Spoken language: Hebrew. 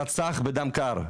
המחבל שרצח בדם קר,